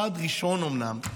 צעד ראשון אומנם,